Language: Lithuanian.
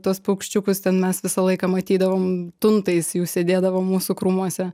tuos paukščiukus ten mes visą laiką matydavom tuntais jų sėdėdavo mūsų krūmuose